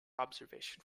observation